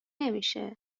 نمیشه